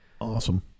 Awesome